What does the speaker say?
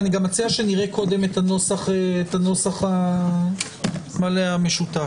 אני גם מציע שנראה קודם את הנוסח המלא המשותף.